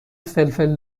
فلفل